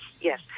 Yes